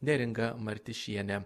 neringa martišienė